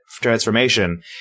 transformation